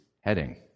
heading